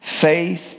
Faith